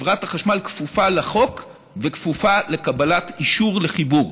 חברת החשמל כפופה לחוק וכפופה לקבלת אישור לחיבור.